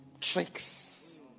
tricks